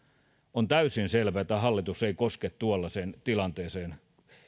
on täysin selvää että hallitus ei koske tuollaiseen tilanteeseen